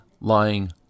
lying